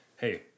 hey